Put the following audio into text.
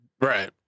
Right